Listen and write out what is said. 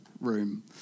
room